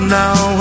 now